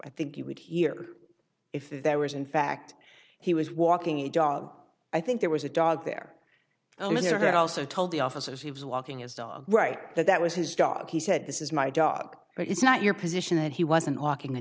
i think you would hear if there was in fact he was walking a dog i think there was a dog there oh mr had also told the officers he was walking his dog right that that was his dog he said this is my dog it's not your position that he wasn't walking the